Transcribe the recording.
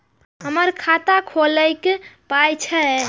हमर खाता खौलैक पाय छै